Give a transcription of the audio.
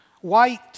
White